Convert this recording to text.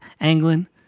Anglin